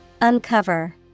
Uncover